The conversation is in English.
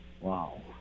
Wow